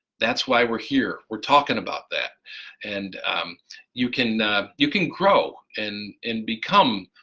that's why we're here we're talking about that and you can you can grow and and become